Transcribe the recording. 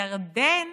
ירדן